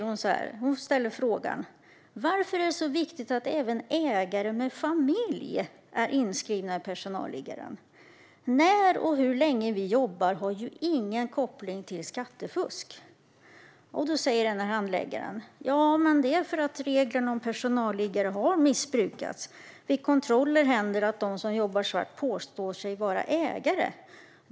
Hon frågar: "Men varför är det så viktigt att även ägare med familj är inskrivna i personalliggaren? När och hur länge vi jobbar har ju ingen koppling till skattefusk?" Handläggaren svarar: "För att reglerna om personalliggare har missbrukats, vid kontroller händer att de som jobbar svart påstår sig vara ägare.